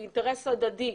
זה אינטרס הדדי.